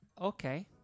Okay